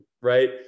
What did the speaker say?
right